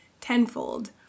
tenfold